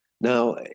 Now